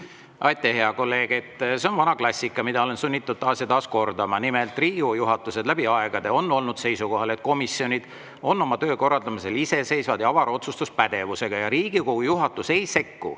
Aitäh, hea kolleeg! See on vana klassika, mida olen sunnitud taas ja taas kordama. Nimelt, Riigikogu juhatus on läbi aegade olnud seisukohal, et komisjonid on oma töö korraldamisel iseseisvad ja avara otsustuspädevusega. Riigikogu juhatus ei sekku